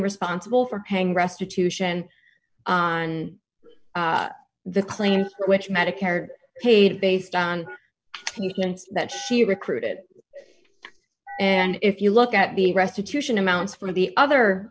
responsible for paying restitution and the claims which medicare paid based on that she recruited and if you look at the restitution amounts for the other